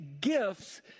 gifts